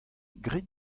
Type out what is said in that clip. grit